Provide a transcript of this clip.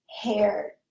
hair